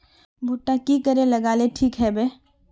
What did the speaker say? भुट्टा की करे लगा ले ठिक है बय?